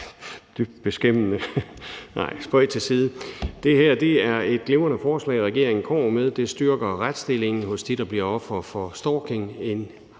Det her er et glimrende forslag, regeringen kommer med. Det styrker retsstillingen hos dem, der bliver ofre for stalking,